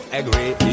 agree